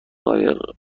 قایق